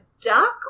duck